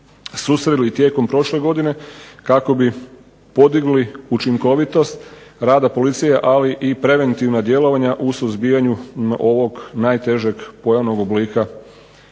susreli tijekom prošle godine kako bi podigli učinkovitost rada policije, ali i preventivna djelovanja u suzbijanju ovog najtežeg pojavnog oblika